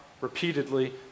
repeatedly